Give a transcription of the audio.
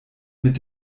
mit